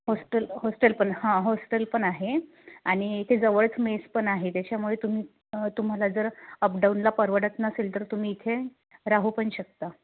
hostel hostel पण हां hostel पण आहे आणि इथे जवळच मेस पण आहे त्याच्यामुळे तुम्ही तुम्हाला जर अपडाऊनला परवडत नसेल तर तुम्ही इथे राहू पण शकता